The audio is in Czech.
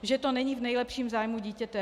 ... že to není v nejlepším zájmu dítěte.